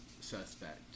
suspect